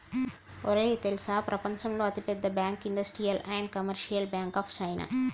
ఒరేయ్ తెల్సా ప్రపంచంలో అతి పెద్ద bank industrial and commercial bank of China